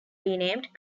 renamed